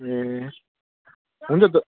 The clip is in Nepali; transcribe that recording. ए हुन्छ त